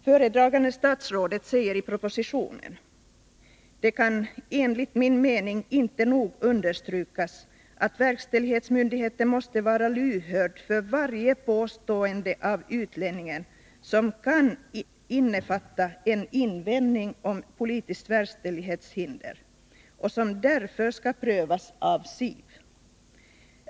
Föredragande statsrådet säger i propositionen: ”Det kan enligt min mening inte nog understrykas att verkställighetsmyndigheten måste vara lyhörd för varje påstående av utlänningen, som kan innefatta en invändning om politiskt verkställighetshinder och som därför skall prövas av SIV.